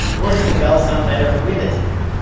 or did the bell sound better with a tang?